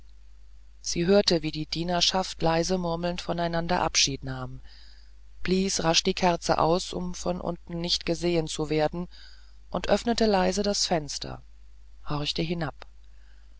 sie hörte wie die dienerschaft leise murmelnd voneinander abschied nahm blies rasch die kerze aus um von unten nicht gesehen zu werden und öffnete leise das fenster horchte hinab